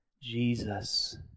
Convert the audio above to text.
Jesus